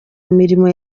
mirimo